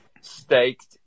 staked